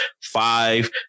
five